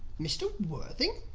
mr. worthing?